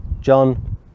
John